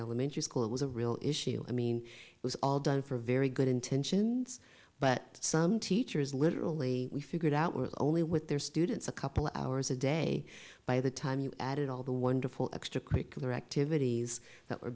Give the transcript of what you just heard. elementary school it was a real issue i mean it was all done for very good intentions but some teachers literally we figured out were only with their students a couple hours a day by the time you add it all the wonderful extra curricular activities that were